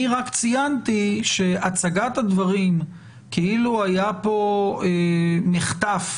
אני ציינתי שהצגת הדברים כאילו היה פה מחטף